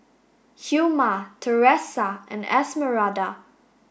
Hilma Teresa and Esmeralda